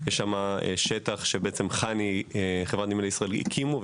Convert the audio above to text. יש שם שטח שחנ"י, חברת נמלי ישראל, הקימה.